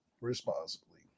responsibly